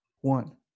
one